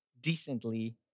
decently